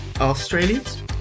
Australians